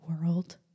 world